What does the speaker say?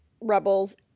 Rebels